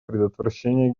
предотвращения